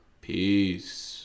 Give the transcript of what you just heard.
Peace